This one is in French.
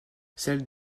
celle